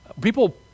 people